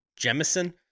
Jemison